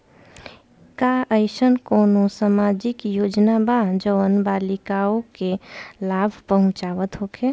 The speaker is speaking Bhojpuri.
का एइसन कौनो सामाजिक योजना बा जउन बालिकाओं के लाभ पहुँचावत होखे?